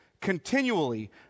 continually